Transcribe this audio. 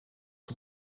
aux